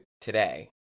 today